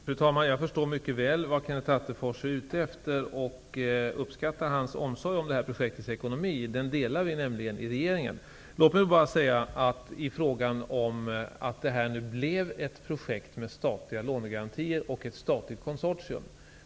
Fru talman! Jag förstår mycket väl vad Kenneth Attefors är ute efter, och jag uppskattar hans omsorg om projektets ekonomi. Den delar nämligen vi i regeringen. Låt mig sedan kommentera det här med att det blev ett projekt med statliga lånegarantier och ett statligt konsortium.